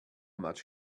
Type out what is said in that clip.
much